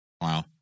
Wow